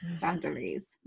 Boundaries